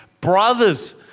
Brothers